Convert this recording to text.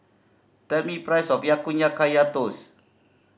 tell me price of Ya Kun ya Kaya Toast